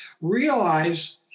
realize